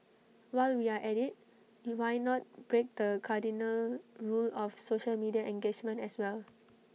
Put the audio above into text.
while we are at IT you why not break the cardinal rule of social media engagement as well